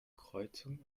kreuzung